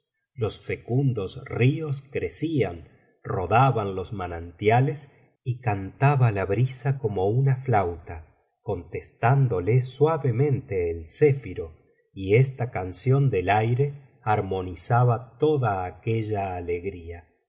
los fecundos ríos crecían rodaban los manantiales y cantaba la brisa como una flauta contestándole suavemente el céfiro y esta canción del aire armonizaba tocia aquella alegría